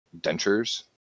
dentures